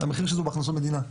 המחיר שלזה הוא בהכנסות מדינה.